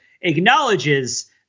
acknowledges